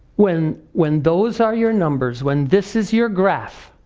when when those are your numbers, when this is your graph,